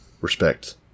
respect